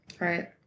Right